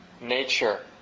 nature